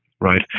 Right